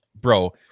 Bro